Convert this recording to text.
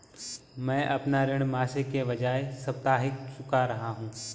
मैं अपना ऋण मासिक के बजाय साप्ताहिक चुका रहा हूँ